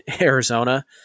Arizona